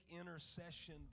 intercession